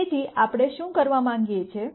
તેથી આપણે શું કરવા માંગીએ છીએ